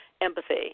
empathy